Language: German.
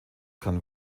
kann